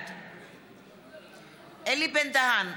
בעד אלי בן-דהן,